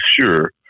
sure